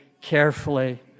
carefully